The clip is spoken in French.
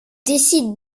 décide